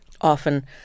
often